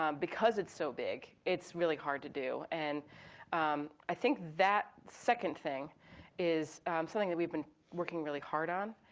um because it's so big, it's really hard to do. and i think that second thing is something that we've been working really hard on.